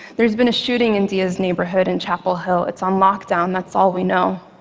there's been a shooting in deah's neighborhood in chapel hill. it's on lock-down. that's all we know.